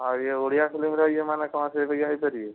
ଆଉ ଇଏ ଓଡ଼ିଆ ଫିଲ୍ମ ର ଇଏ ମାନେ କ'ଣ ସେପରିକା ହେଇପାରିବେ